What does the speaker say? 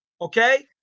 Okay